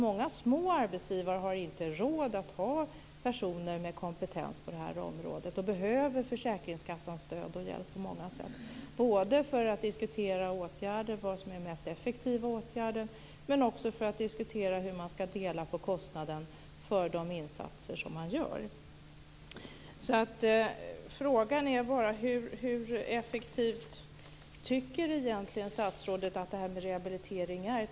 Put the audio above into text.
Många små arbetsgivare har inte råd att ha personer med kompetens på det här området och behöver försäkringskassans stöd och hjälp på många sätt, både för att diskutera åtgärder, vad som är mest effektivt, och för att diskutera hur man ska dela på kostnaden för de insatser som man gör. Frågan är bara hur effektivt statsrådet egentligen tycker att det här med rehabilitering är.